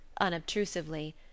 unobtrusively